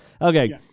Okay